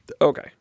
Okay